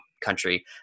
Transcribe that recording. country